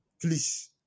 Please